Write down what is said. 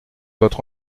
votre